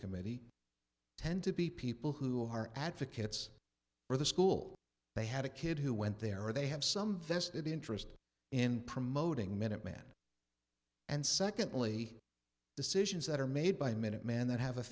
committee tend to be people who are advocates for the school they had a kid who went there or they have some vested interest in promoting minuteman and secondly decisions that are made by minuteman that have a